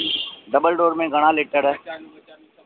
double door में घणा litre